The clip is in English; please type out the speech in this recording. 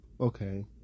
Okay